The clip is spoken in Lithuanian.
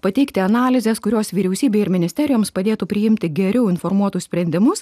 pateikti analizės kurios vyriausybei ir ministerijoms padėtų priimti geriau informuotus sprendimus